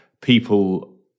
people